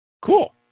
Cool